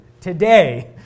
today